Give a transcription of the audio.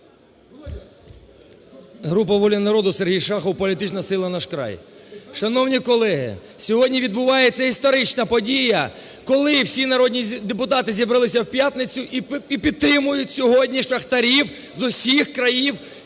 Група "Воля народу", СергійШахов, політична сила "Наш край". Шановні колеги, сьогодні відбувається історична подія, коли всі народні депутати зібралися в п'ятницю і підтримують сьогодні шахтарів з усіх країв